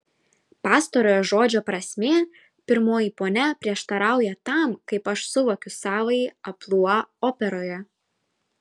pastarojo žodžio prasmė pirmoji ponia prieštarauja tam kaip aš suvokiu savąjį amplua operoje